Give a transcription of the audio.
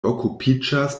okupiĝas